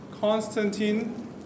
Constantine